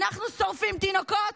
אנחנו שורפים תינוקות?